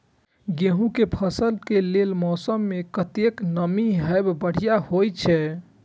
गेंहू के फसल के लेल मौसम में कतेक नमी हैब बढ़िया होए छै?